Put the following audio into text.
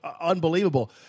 unbelievable